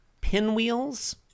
pinwheels